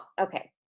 okay